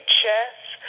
chess